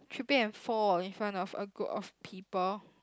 tripping and fall in front of a group of people